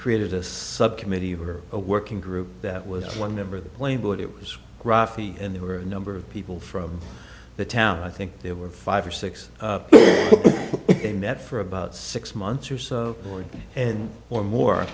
created a subcommittee or a working group that was one member of the plane but it was rafi and there were a number of people from the town i think there were five or six game that for about six months or so and or more and